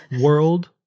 World